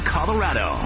Colorado